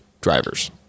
drivers